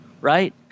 right